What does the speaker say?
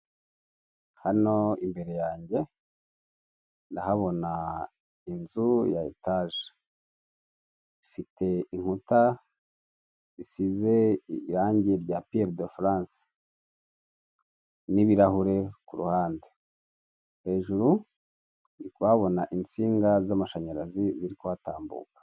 Hano imbere yanjye ndahabona inzu ya etage ifite inkuta zisize irangi rya pierre de france nibirahure kuruhande hejuru ndikuhabona insinga z'amashanyarazi ziri kuhatambuka .